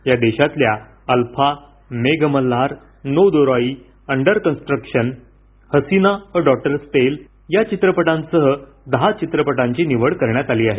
या देशातल्या Alpha Meghmalhar no Dorai under construction Hasina a daughter's tale या चित्रपटांसह दहा चित्रपटांची निवड करण्यात आली आहे